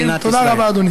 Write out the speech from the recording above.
תודה רבה, אדוני.